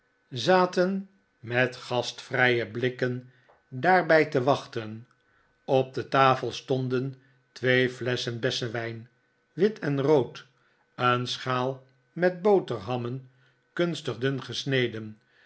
ten met gastvrije blikken daarbij te wachten op de tafel stonden twee flesschen bessenwijn wit en rood een schaal met boterhammen kunstig dun gesneden